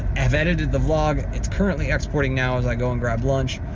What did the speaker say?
have edited the vlog. it's currently exporting now as i go and grab lunch.